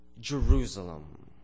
Jerusalem